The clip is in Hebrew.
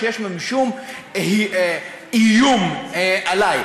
יש בו משום איום עלי.